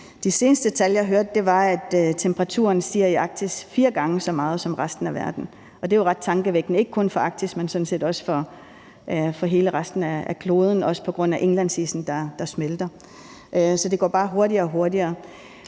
De seneste tal, jeg hørte, var, at temperaturen stiger i Arktis fire gange så meget som i resten af verden, og det er jo ret tankevækkende, ikke kun for Arktis, men sådan set også for resten af kloden – også på grund af indlandsisen, der smelter. Så det går bare hurtigere og hurtigere.